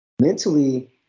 mentally